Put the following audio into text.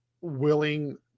willing